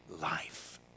life